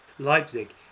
Leipzig